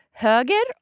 höger